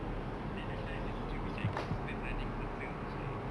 ya then after that the tube is like constant running water of like